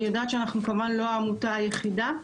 אני יודעת שאנחנו כמובן לא העמותה היחידה,